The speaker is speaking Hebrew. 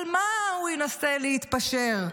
על מה הוא ינסה להתפשר?